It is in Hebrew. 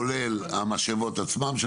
כולל המשאבות עצמן.